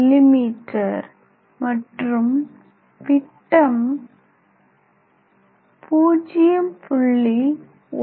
me மற்றும் விட்டம் 0